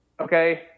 Okay